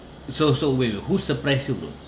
so so wait wait who surprise you bro